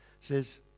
says